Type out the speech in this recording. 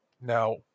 Now